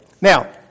Now